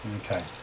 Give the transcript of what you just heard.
Okay